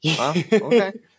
Okay